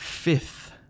Fifth